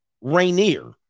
Rainier